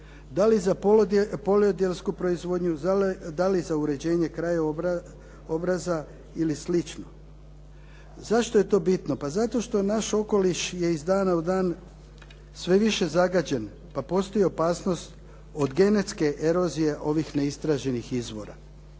da li za poljodjelsku proizvodnju, da li za uređenje krajobraza ili slično. Zašto je to bitno? Pa zato što naš okoliš je iz dana u dan sve više zagađen, pa postoji opasnost od genetske erozije ovih neistraženih izvora.